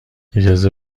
اجازه